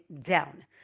down